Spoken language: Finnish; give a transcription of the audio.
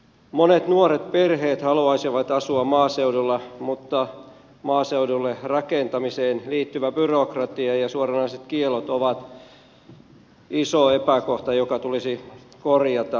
monet nuoret perheet haluaisivat asua maaseudulla mutta maaseudulle rakentamiseen liittyvä byrokratia ja suoranaiset kiellot ovat iso epäkohta joka tulisi korjata